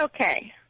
okay